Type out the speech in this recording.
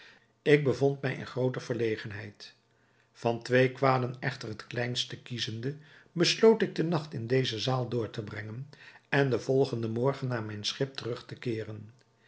ik bevond mij in groote verlegenheid van twee kwaden echter het kleinste kiezende besloot ik den nacht in deze zaal door te brengen en den volgenden morgen naar mijn schip terug te keeren